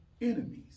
enemies